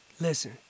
Listen